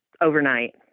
overnight